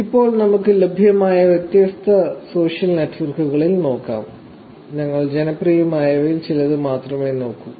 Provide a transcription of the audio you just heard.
ഇപ്പോൾ നമുക്ക് ലഭ്യമായ വ്യത്യസ്ത സോഷ്യൽ നെറ്റ്വർക്കുകൾ നോക്കാം ഞങ്ങൾ ജനപ്രിയമായവയിൽ ചിലത് മാത്രമേ നോക്കൂ